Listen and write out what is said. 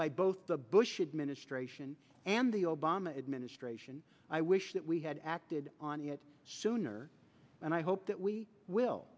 by both the bush administration and the obama administration i wish that we had acted on it sooner and i hope that we will